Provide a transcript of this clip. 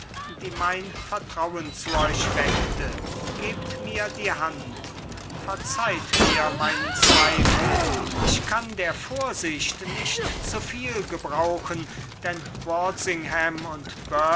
die mein vertrauen zu euch weckte gebt mir die hand verzeiht mir meinen zweifel ich kann der vorsicht nicht zu viel gebrauchen denn